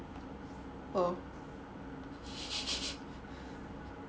oh